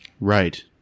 Right